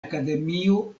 akademio